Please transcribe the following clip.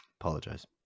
Apologize